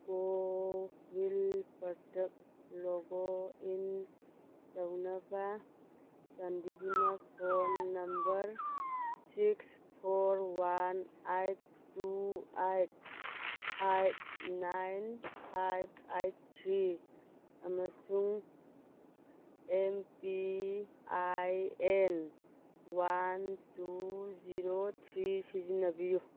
CoWIN product logo ꯏꯟ ꯇꯧꯅꯕ ꯆꯥꯟꯕꯤꯗꯨꯅ phone number six four one eight two eight five nine five eight three ꯑꯃꯁꯨꯡ M P I N one two zero three ꯁꯤꯖꯤꯟꯅꯕꯤꯌꯨ